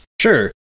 Sure